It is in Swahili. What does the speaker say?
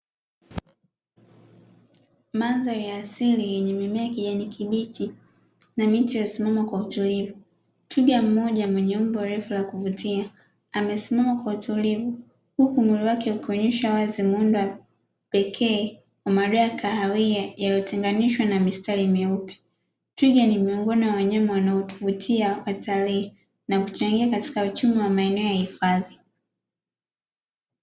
Mandhara ya asili yenye mimea ya kijani kibichi na miti iliyosimama kwa utulivu. Twiga mmoja mwenye umbo refu la kuvutia amesimama kwa utulivu huku mwili wake ukionyesha wazi maumbo pekee ya madoa ya kahawia yanayotenganishwa na mistari mieupe. Twiga ni miongoni mwa wanyama wanaotuvutia watalii na kuchangia katika uchumi wa maeneo ya hifadhi.